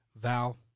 Val